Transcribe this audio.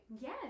Yes